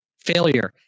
failure